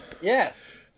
Yes